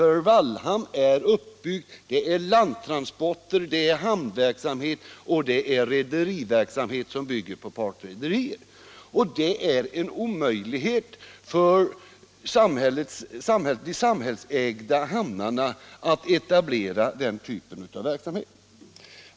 Wallhamn har ett uppbyggt system för landtransporter, hamnverksamhet och rederiverksamhet, som bygger på partsrederier. Det är omöjligt för de samhällsägda hamnarna att etablera den typen av verksamhet.